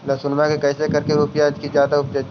लहसूनमा के कैसे करके रोपीय की जादा उपजई?